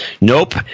Nope